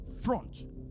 front